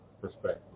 perspective